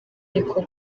ariko